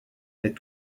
est